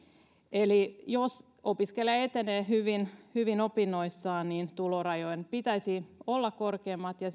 eli jos opiskelija etenee hyvin hyvin opinnoissaan tulorajojen pitäisi olla korkeammat ja